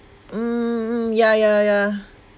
mm mm mm yeah yeah yeah